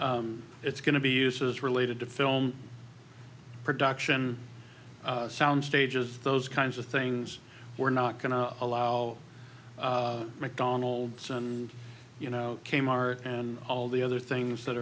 it's going to be used as related to film production sound stages those kinds of things we're not going to allow mcdonald's and you know kmart and all the other things that